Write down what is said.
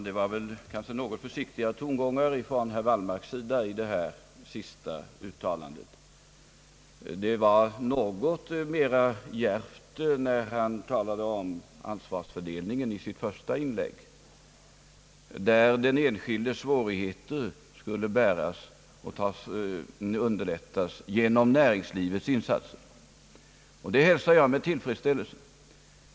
Herr talman! Det var försiktiga tongångar som präglade herr Wallmarks senaste anförande. Det var något mera djärvt när han i sitt första inlägg talade om ansvarsfördelningen och sade att den enskildes svårigheter skulle bäras och underlättas genom näringslivets insatser. Detta hälsar jag med tillfredsställelse.